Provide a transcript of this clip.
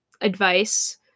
advice